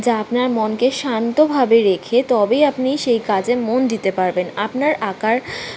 যা আপনার মনকে শান্তভাবে রেখে তবেই আপনি সেই কাজে মন দিতে পারবেন আপনার আঁকার